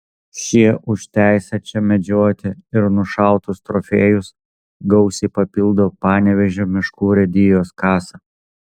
šie už teisę čia medžioti ir nušautus trofėjus gausiai papildo panevėžio miškų urėdijos kasą